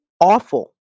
awful